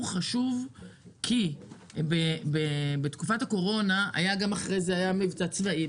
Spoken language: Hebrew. חשוב כי בתקופת הקורונה היה גם מבצע צבאי,